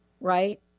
right